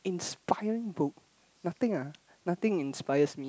inspiring book nothing ah nothing inspires me